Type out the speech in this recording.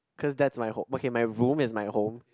cause that's my hom~ okay my room is my home